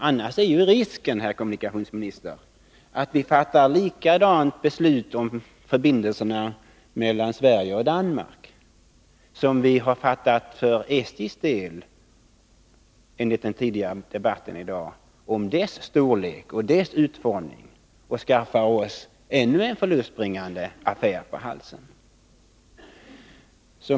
Annars är risken, herr kommunikationsminister, att vi fattar ett likadant beslut om förbindelserna mellan Sverige och Danmark som har fattats, enligt den tidigare debatten i dag, om SJ:s storlek och utformning och skaffar oss ännu en förlustbringande affär på halsen.